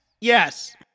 yes